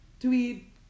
tweet